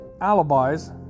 alibis